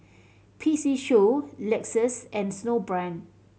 P C Show Lexus and Snowbrand